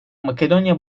makedonya